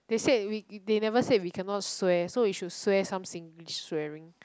they said we they never said we cannot swear so we should swear some singlish swearing